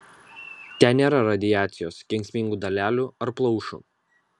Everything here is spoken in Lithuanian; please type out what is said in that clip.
ten nėra radiacijos kenksmingų dalelių ar plaušų